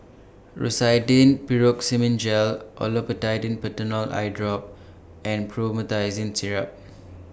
Rosiden Piroxicam Gel Olopatadine Patanol Eyedrop and Promethazine Syrup